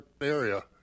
area